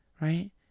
Right